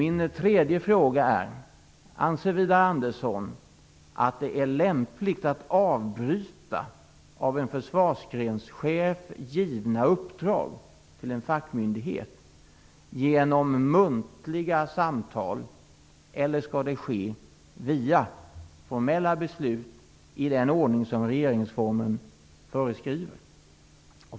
Min tredje fråga är följande: Anser Widar Andersson att det är lämpligt att avbryta av en försvarsgrenschef givna uppdrag till en fackmyndighet genom muntliga samtal, eller skall det ske via formella beslut i den ordning som regeringsformen föreskriver?